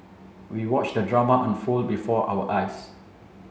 we watched the drama unfold before our eyes